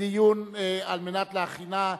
חוק ומשפט נתקבלה.